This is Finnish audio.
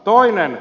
toinen